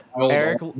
Eric